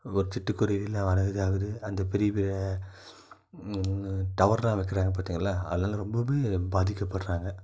ஒரு சிட்டுக்குருவி எல்லாம் வரது அது அந்த பெரிய பெரிய டவர் எல்லாம் வைக்கிறாங்க பாத்திங்கலாம் அதனால ரொம்பவுமே பாதிக்கபடுறாங்க